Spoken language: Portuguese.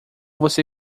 você